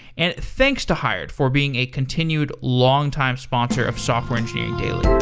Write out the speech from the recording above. and thanks to hired for being a continued long-time sponsor of software engineering daily.